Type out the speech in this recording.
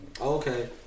Okay